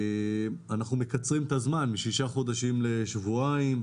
אנחנו מקצרים את הזמן משישה חודשים לשבועיים,